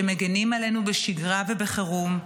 שמגינים עלינו בשגרה ובחירום,